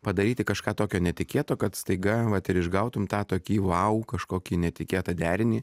padaryti kažką tokio netikėto kad staiga vat ir išgautumei tą tokį vau kažkokį netikėtą derinį